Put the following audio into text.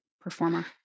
Performer